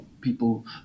people